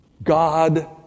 God